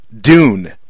Dune